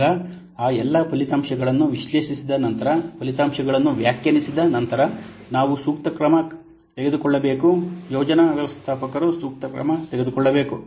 ಈಗ ಆ ಎಲ್ಲಾ ಫಲಿತಾಂಶಗಳನ್ನು ವಿಶ್ಲೇಷಿಸಿದ ನಂತರ ಫಲಿತಾಂಶಗಳನ್ನು ವ್ಯಾಖ್ಯಾನಿಸಿದ ನಂತರ ನಾವು ಸೂಕ್ತ ಕ್ರಮ ತೆಗೆದುಕೊಳ್ಳಬೇಕು ಯೋಜನಾ ವ್ಯವಸ್ಥಾಪಕರು ಸೂಕ್ತ ಕ್ರಮ ತೆಗೆದುಕೊಳ್ಳಬೇಕು